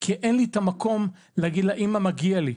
כי אין לי את המקום להגיד לה "אמא, מגיע לי".